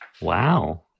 Wow